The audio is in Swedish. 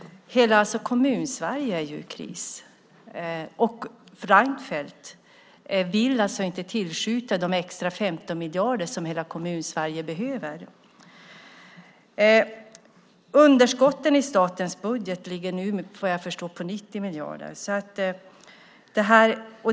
Hela Kommunsverige är ju i kris. Reinfeldt vill inte tillskjuta de extra 15 miljarder som hela Kommunsverige behöver. Underskotten i statens budget ligger nu, vad jag förstår, på 90 miljarder.